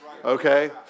Okay